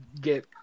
get